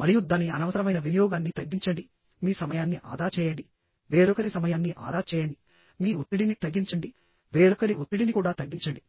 మరియు దాని అనవసరమైన వినియోగాన్ని తగ్గించండి మీ సమయాన్ని ఆదా చేయండి వేరొకరి సమయాన్ని ఆదా చేయండి మీ ఒత్తిడిని తగ్గించండి వేరొకరి ఒత్తిడిని కూడా తగ్గించండి